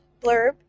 blurb